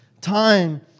time